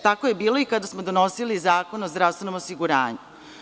Tako je bilo i kada smo donosili Zakon o zdravstvenom osiguranju.